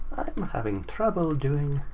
having trouble doing,